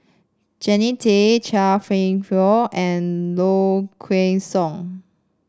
Jannie Tay Chia Kwek Fah and Low Kway Song